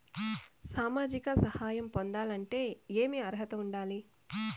సామాజిక సహాయం పొందాలంటే ఏమి అర్హత ఉండాలి?